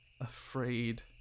afraid